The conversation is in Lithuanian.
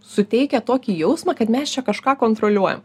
suteikia tokį jausmą kad mes čia kažką kontroliuojam